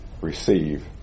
receive